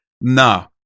No